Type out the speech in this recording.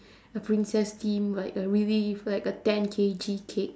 a princess themed like a really like a ten K_G cake